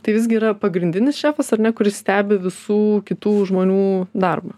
tai visgi yra pagrindinis šefas ar ne kuris stebi visų kitų žmonių darbą